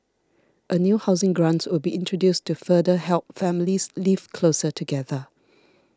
a new housing grant will be introduced to further help families live closer together